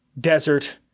Desert